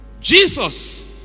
Jesus